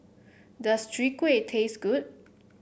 does Chwee Kueh taste good